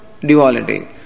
duality